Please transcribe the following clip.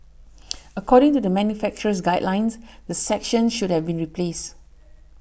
according to the manufacturer's guidelines the section should have been replaced